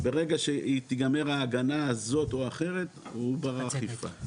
ברגע שתיגמר ההגנה הזו או אחרת תיגמר האכיפה.